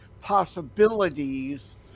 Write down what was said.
possibilities